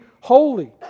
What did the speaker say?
holy